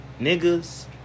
Niggas